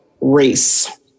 race